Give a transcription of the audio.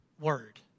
word